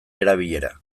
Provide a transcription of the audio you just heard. erabilera